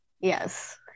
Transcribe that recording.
yes